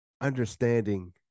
understanding